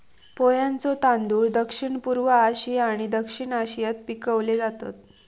पोह्यांचे तांदूळ दक्षिणपूर्व आशिया आणि दक्षिण आशियात पिकवले जातत